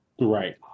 Right